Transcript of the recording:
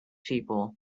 people